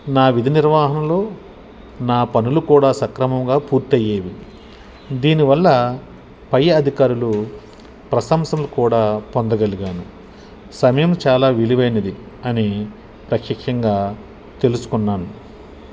నా విధి నిర్వాహణలో నా పనులు కూడా సక్రమంగా పూర్తయ్యేవి దీనివల్ల పై అధికారులు ప్రశంసలు కూడా పొందగలిగాను సమయం చాలా విలువైనది అని ప్రత్యక్షంగా తెలుసుకున్నాను